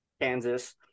Kansas